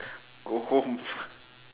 go home